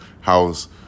house